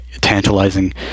tantalizing